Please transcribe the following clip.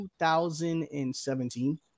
2017